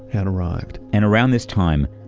had arrived and around this time,